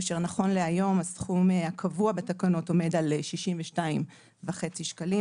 כאשר נכון להיום הסכום הקבוע בתקנות עומד על 62.5 שקלים,